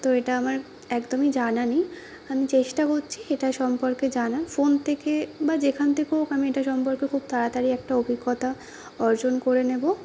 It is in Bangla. তো এটা আমার একদমই জানা নেই আমি চেষ্টা করছি এটা সম্পর্কে জানার ফোন থেকে বা যেখান থেকে হোক আমি এটা সম্পর্কে খুব তাড়াতাড়ি একটা অভিজ্ঞতা অর্জন করে নেব